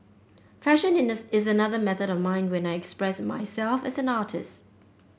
fashion is another method of mine when I express myself as an artist